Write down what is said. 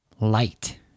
Light